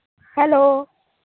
hello